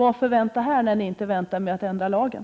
Varför vänta här när ni inte väntar med att ändra lagen?